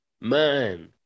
Man